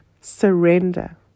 surrender